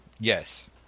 Yes